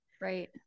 Right